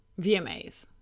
VMAs